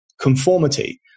conformity